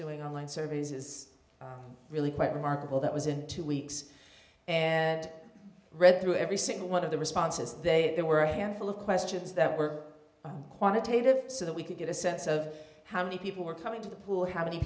doing online surveys is really quite remarkable that was in two weeks and read through every single one of the responses there were a handful of questions that were quantitative so that we could get a sense of how many people were coming to the pool how many